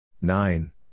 Nine